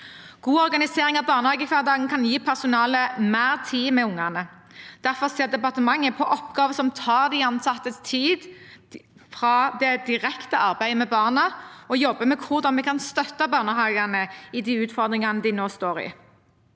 God organisering av barnehagehverdagen kan gi personalet mer tid med ungene. Derfor ser departementet på oppgaver som tar de ansattes tid fra det direkte arbeidet med barna, og jobber med hvordan vi kan støtte barnehagene i de utfordringene de nå står i.